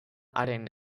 haren